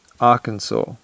Arkansas